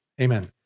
Amen